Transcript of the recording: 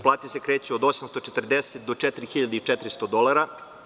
Plate se kreću od 840 do 4.400 dolara.